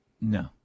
No